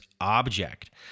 object